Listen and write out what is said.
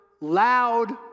loud